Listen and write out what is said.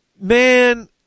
man